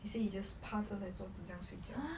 he say he just 趴着在桌子这样睡觉